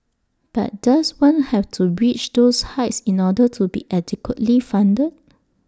but does one have to reach those heights in order to be adequately funded